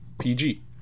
PG